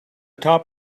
top